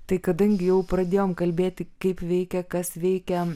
tai kadangi jau pradėjom kalbėti kaip veikia kas veikia